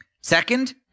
Second